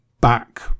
back